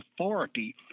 authority